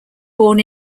born